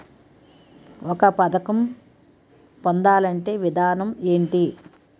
ఒక పథకం పొందాలంటే విధానం ఏంటి?